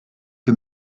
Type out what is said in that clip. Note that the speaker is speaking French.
que